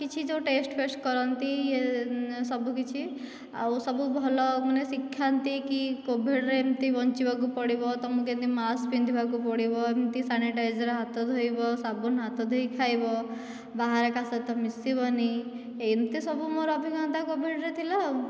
କିଛି ଯେଉଁ ଟେଷ୍ଟେ ଫେଷ୍ଟେ କରନ୍ତି ସବୁ କିଛି ଆଉ ସବୁ ଭଲ ମାନେ ଶିଖାନ୍ତି କି କୋଭିଡ଼ ରେ ଏମିତି ବଞ୍ଚିବାକୁ ପଡ଼ିବ ତମକୁ ଏମିତି ମାକ୍ସ ପିନ୍ଧିବାକୁ ପଡ଼ିବ ଏମିତି ସାନିଟାଇଜରରେ ହାତ ଧୋଇବ ସାବୁନ ହାତ ଧୋଇ ଖାଇବ ବାହାରେ କାହା ସହିତ ମିଶିବନି ଏମିତି ସବୁ ମୋର ଅଭିଜ୍ଞତା କୋଭିଡରେ ଥିଲା